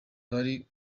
bari